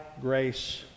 grace